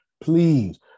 Please